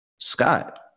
Scott